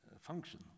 function